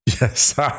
yes